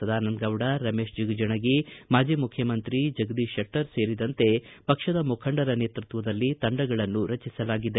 ಸದಾನಂದಗೌಡ ರಮೇಶ್ ಜಿಗಜಿಣಗಿ ಮಾಜಿ ಮುಖ್ಯಮಂತ್ರಿ ಜಗದೀಶ್ ಶೆಟ್ಟರ್ ಸೇರಿದಂತೆ ಪಕ್ಷದ ಮುಖಂಡರ ನೇತೃತ್ವದಲ್ಲಿ ತಂಡಗಳನ್ನು ರಚಿಸಲಾಗಿದೆ